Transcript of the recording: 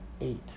eight